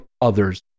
others